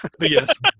yes